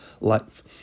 life